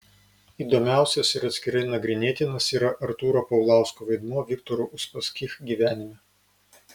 įdomiausias ir atskirai nagrinėtinas yra artūro paulausko vaidmuo viktoro uspaskich gyvenime